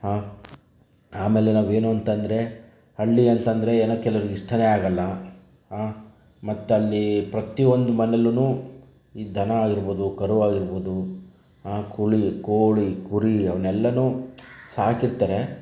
ಹಾಂ ಆಮೇಲೆ ನಾವು ಏನೂಂತಂದ್ರೆ ಹಳ್ಳಿ ಅಂತಂದರೆ ಏನೋ ಕೆಲವರಿಗೆ ಇಷ್ಟವೇ ಆಗಲ್ಲ ಹಾಂ ಮತ್ತಲ್ಲಿ ಪ್ರತಿಯೊಂದು ಮನೆಯಲ್ಲೂನು ಈ ದನ ಆಗಿರ್ಬೋದು ಕರು ಆಗಿರ್ಬೋದು ಹಾಂ ಕೋಳಿ ಕೋಳಿ ಕುರಿ ಅವನ್ನೆಲ್ಲಾನು ಸಾಕಿರ್ತಾರೆ